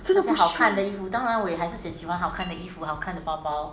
真的不需要